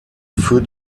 für